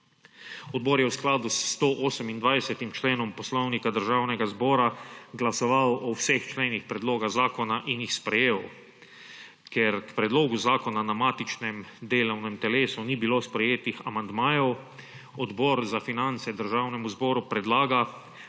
Odbor je v skladu s 128. členom Poslovnika Državnega zbora glasoval o vseh členih predloga zakona in jih sprejel. Ker k predlogu zakona na matičnem delovnem telesu ni bilo sprejetih amandmajev, Odbor za finance Državnemu zboru predlaga,